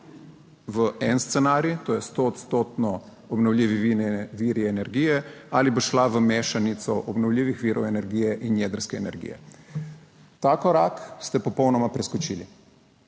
v en scenarij, to je sto odstotno obnovljivi viri energije, ali bo šla v mešanico obnovljivih virov energije in jedrske energije. Ta korak ste popolnoma preskočili.